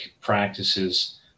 practices